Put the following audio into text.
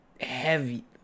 heavy